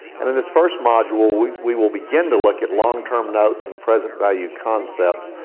and in this first module, we we will begin to look at long term notes and present value concepts.